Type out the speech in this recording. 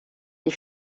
die